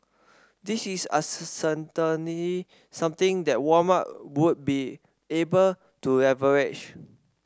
this is a certainly something that Walmart would be able to leverage